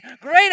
great